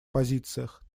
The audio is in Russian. позициях